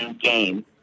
game